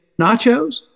Nachos